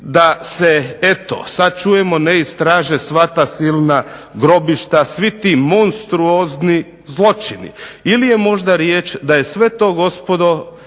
da se eto sad čujemo ne istraže sva ta silna grobišta, svi ti monstruozni zločini. Ili je možda riječ da je sve to gospodo,